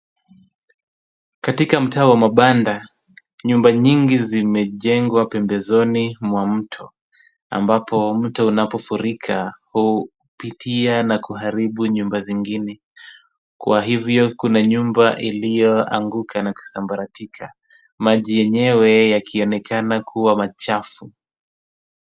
Katika mtaa wa mabanda, nyumba nyingi zimejengwa pembezoni mwa mto ambapo mto unapofurika, hupitia na kuharibu nyumba zingine. Kwa hivyo kuna nyumba iliyoanguka na kusambaratika, maji yenyewe yakionekana kuwa machafu.